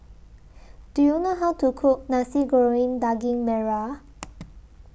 Do YOU know How to Cook Nasi Goreng Daging Merah